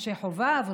משה חובב,